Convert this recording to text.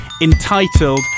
entitled